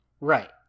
Right